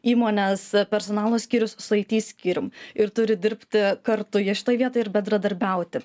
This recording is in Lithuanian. įmonės personalo skyrius su it skyrium ir turi dirbti kartu jie šitoj vietoj ir bendradarbiauti